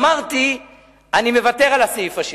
אמרתי שאני מוותר על הסעיף השני.